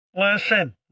Listen